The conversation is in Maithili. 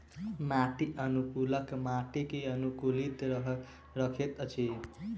माटि अनुकूलक माटि के अनुकूलित रखैत अछि